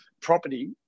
property